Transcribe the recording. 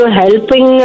helping